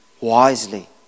wisely